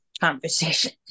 conversation